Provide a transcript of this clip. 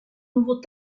nouveau